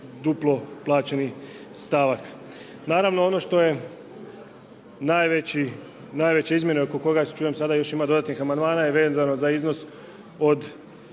duplo plaćeni stavak. Naravno ono što je najveće izmjene oko kojega čujem sada ima još dodatnih amandmana vezano za iznos od